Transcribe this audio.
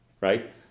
right